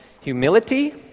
humility